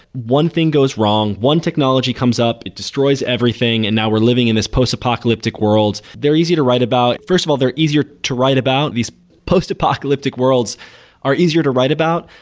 one thing goes wrong, one technology comes up, it destroys everything and now we're living in this post apocalyptic world. they're easy to write about first of all, they're easier to write about. these post-apocalyptic worlds are easier to write about.